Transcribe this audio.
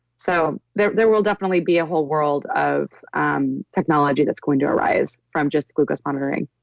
so there there will definitely be a whole world of um technology that's going to arise from just glucose monitoring